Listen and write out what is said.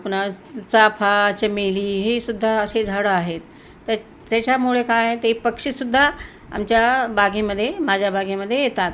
पुन्हा चाफा चमेली ही सुुद्धा अशी झाडं आहेत तर त्याच्यामुळे काय आहे ते पक्षीसुद्धा आमच्या बागेमध्ये माझ्या बागेमध्ये येतात